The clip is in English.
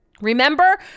Remember